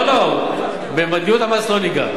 לא לא, במדיניות המס לא ניגע.